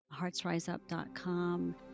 heartsriseup.com